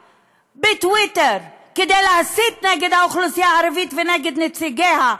בטוויטר כדי להסית נגד האוכלוסייה הערבית ונגד נציגיה,